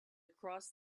across